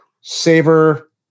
Savor